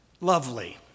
lovely